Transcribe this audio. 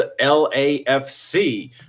LAFC